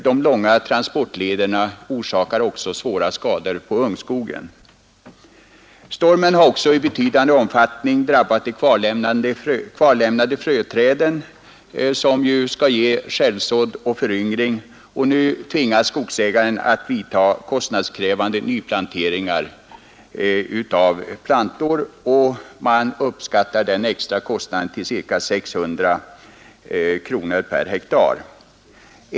De långa transportlederna orsakar t.ex. svåra skador pa ungskogen. Stormen har också i betydande omfattning drabbat de kvarlämnade fröträden som skall ge självsådd och föryngring, och nu tvingas skogsägaren att vidta kostnadskrävande nyplantering av plantor. Man uppskattar denna kostnad till ca 600 kronor per hektar.